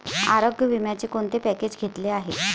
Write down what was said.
आरोग्य विम्याचे कोणते पॅकेज घेतले आहे?